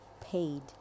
paid